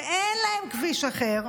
שאין להם כביש אחר,